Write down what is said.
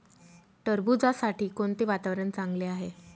टरबूजासाठी कोणते वातावरण चांगले आहे?